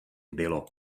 bylo